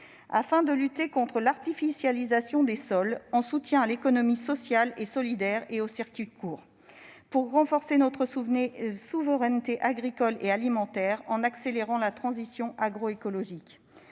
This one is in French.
vers la lutte contre l'artificialisation des sols, en soutien à l'économie sociale et solidaire et aux circuits courts ; vers le renforcement de notre souveraineté agricole et alimentaire grâce à l'accélération de la transition agroécologique.